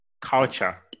culture